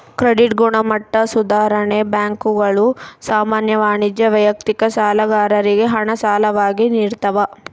credit ಗುಣಮಟ್ಟ ಸುಧಾರಣೆ ಬ್ಯಾಂಕುಗಳು ಸಾಮಾನ್ಯ ವಾಣಿಜ್ಯ ವೈಯಕ್ತಿಕ ಸಾಲಗಾರರಿಗೆ ಹಣ ಸಾಲವಾಗಿ ನಿಡ್ತವ